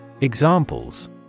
Examples